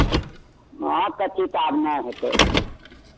हँ कच्ची तऽ आब नहि हेतै